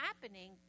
happening